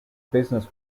business